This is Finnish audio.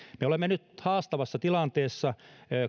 me olemme nyt haastavassa tilanteessa